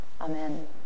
Amen